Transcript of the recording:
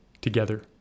together